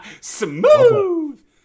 Smooth